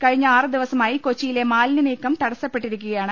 കഴിഞ്ഞ ആറ് ദിവസമായി കൊച്ചിയില്ലെ മാ്ലിന്യ നീക്കം തടസ്സപ്പെട്ടിരി ക്കുകയാണ്